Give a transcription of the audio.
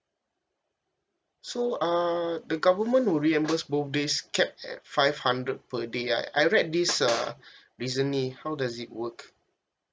so uh the government would reimburse both days capped at five hundred per day I I read this uh recently how does it work